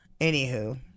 Anywho